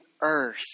earth